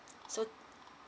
so